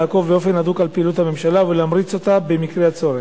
לעקוב באופן הדוק על פעילות הממשלה ולהמריץ אותה במקרה הצורך.